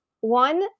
one